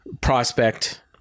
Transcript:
prospect